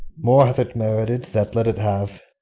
more hath it merited that let it have.